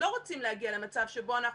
לא רוצים להגיע למצב שבו אנחנו,